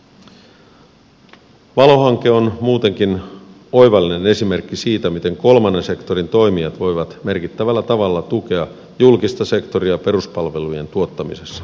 valo hanke on muutenkin oivallinen esimerkki siitä miten kolmannen sektorin toimijat voivat merkittävällä tavalla tukea julkista sektoria peruspalvelujen tuottamisessa